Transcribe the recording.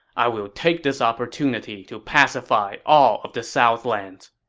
i will take this opportunity to pacify all of the southlands.